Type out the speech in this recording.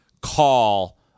call